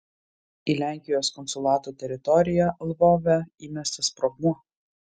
į lenkijos konsulato teritoriją lvove įmestas sprogmuo